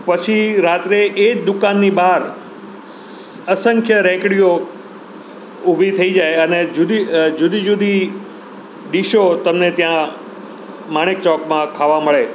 પછી રાત્રે એ જ દુકાનની બહાર અસંખ્ય રેંકડીઓ ઊભી થઈ જાય અને જુદી જુદી જુદી ડીશો તમને ત્યાં માણેક ચોકમાં ખાવા મળે